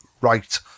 right